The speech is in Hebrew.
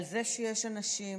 על זה שיש אנשים